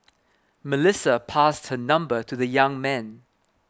Melissa passed her number to the young man